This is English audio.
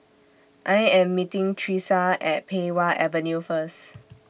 I Am meeting Thresa At Pei Wah Avenue First